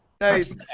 Nice